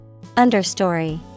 Understory